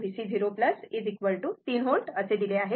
VC 0 3 volt दिले आहे